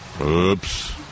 oops